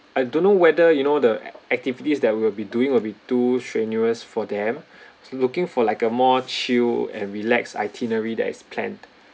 I don't know whether you know the activities that we'll be doing will be too strenuous for them looking for like a more chill and relax itinerary that is planned